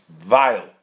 Vile